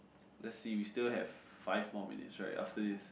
let's see we still have five more minutes right after this